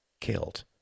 killed